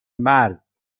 مرز